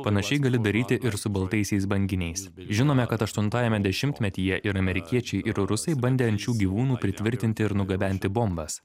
panašiai gali daryti ir su baltaisiais banginiais žinome kad aštuntajame dešimtmetyje ir amerikiečiai ir rusai bandė ant šių gyvūnų pritvirtinti ir nugabenti bombas